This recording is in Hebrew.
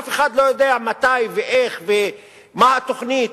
אף אחד לא יודע מתי ואיך ומה התוכנית,